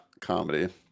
comedy